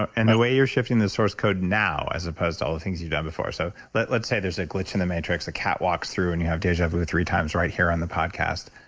and the way you're shifting the source code now as opposed to all the things you've done before so but let's say there's a glitch in the matrix, a cat walks through and you have de ja vu three times right here on the podcast.